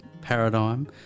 paradigm